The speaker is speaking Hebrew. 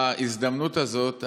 בהזדמנות הזאת,